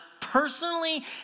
personally